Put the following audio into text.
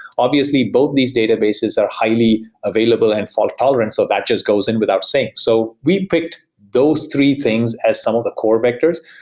obviously, both these databases are highly available and fault tolerance. so that just goes in without saying. so we picked those three things as some of the core vectors.